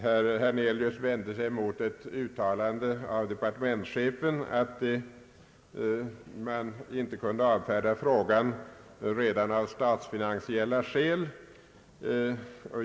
Herr Hernelius vände sig mot ett uttalande av departementschefen, att man kunde avfärda frågan redan av statsfinansiella skäl.